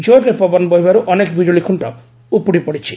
ଜୋର୍ରେ ପବନ ବହିବାରୁ ଅନେକ ବିଜୁଳି ଖୁଣ୍ଟ ଉପୁଡ଼ି ପଡ଼ିଛି